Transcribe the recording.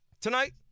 Tonight